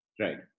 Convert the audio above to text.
Right